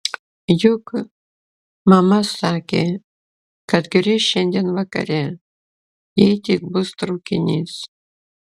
juk mama sakė kad grįš šiandien vakare jei tik bus traukinys